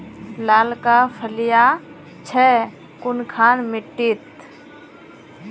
लालका फलिया छै कुनखान मिट्टी त?